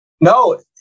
No